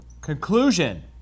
Conclusion